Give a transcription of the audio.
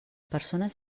persones